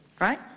Right